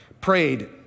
prayed